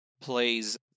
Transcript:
plays